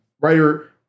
writer